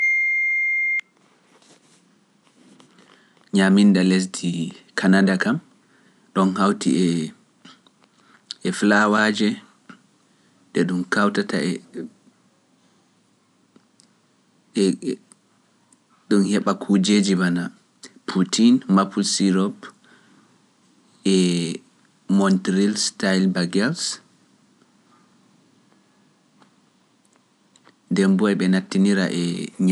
Nyaaminda lesdi Kanada kam, ɗon hawti e e flaawaaji ɗe ɗum kawtata e ɗum heɓa kujeeji mana poutine, maple syrup, e monterelle style baguette. Dembo e ɓe nattinira e ñaamina.